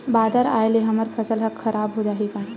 बादर आय ले हमर फसल ह खराब हो जाहि का?